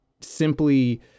simply